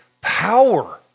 power